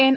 N